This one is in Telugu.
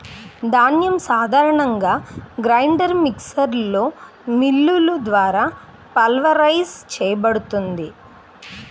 ధాన్యం సాధారణంగా గ్రైండర్ మిక్సర్లో మిల్లులు ద్వారా పల్వరైజ్ చేయబడుతుంది